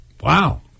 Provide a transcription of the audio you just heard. Wow